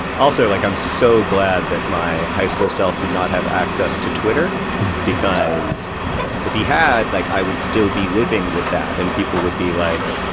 also, like i'm so glad that my high-school self did not have access to twitter because if he had, like i would still be living with that and people would be like,